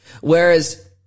Whereas